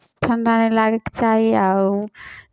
ठण्ढा नहि लागयके चाही आ ओ